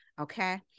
Okay